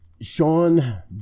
Sean